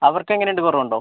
അവർക്ക് എങ്ങനെ ഉണ്ട് കുറവുണ്ടോ